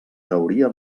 teoria